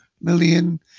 million